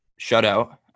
shutout